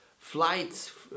flights